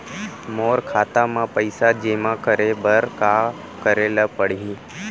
मोर खाता म पइसा जेमा करे बर का करे ल पड़ही?